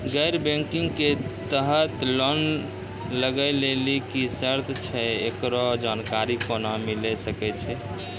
गैर बैंकिंग के तहत लोन लए लेली की सर्त छै, एकरो जानकारी केना मिले सकय छै?